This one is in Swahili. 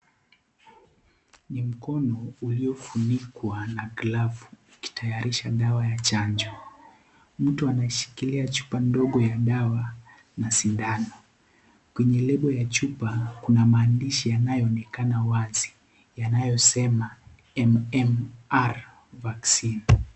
Ni mkono uliofunikwa na glavu ukitayarisha dawa ya chanjo . Mtu anashikilia chupa ndogo ya dawa na sindano . Kwenye lebo ya chupa kuna maandishi yanayoonekana wazi yanayosema MMR vaccine .